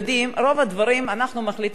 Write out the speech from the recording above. על רוב הדברים אנחנו מחליטים כאן בכנסת,